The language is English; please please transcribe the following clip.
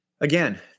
again